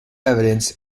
evidence